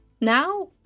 Now